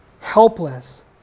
helpless